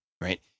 right